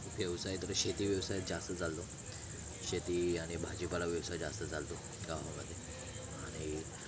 व्यवसाय तर शेती व्यवसाय जास्त चालतो शेती आणि भाजीपाला व्यवसाय जास्त चालतो गावामध्ये आणि